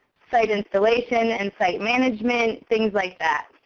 site installation and site management, things like that.